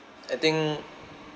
I think